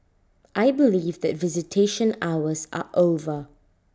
I believe that visitation hours are over